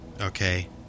Okay